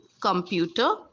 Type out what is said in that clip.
computer